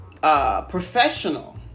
professional